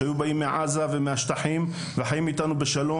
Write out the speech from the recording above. שהיו באים מעזה ומהשטחים וחיים איתנו בשלום